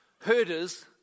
Herders